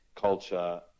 culture